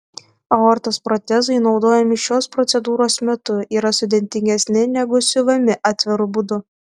aortos protezai naudojami šios procedūros metu yra sudėtingesni negu siuvami atviru būdu